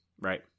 right